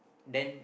then